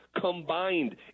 combined